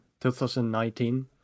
2019